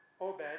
Obed